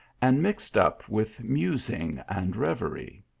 and mixed up with musing and reverie.